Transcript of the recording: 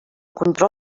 control